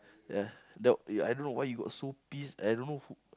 ya the I don't know why he got so pissed I don't know who